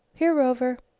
here, rover!